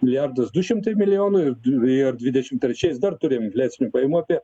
milijardus du šimtai milijonų ir ir dvidešimt trečiais dar turėjom infliacinių pajamų apie